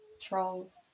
Trolls